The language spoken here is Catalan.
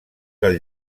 del